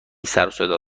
سروصدا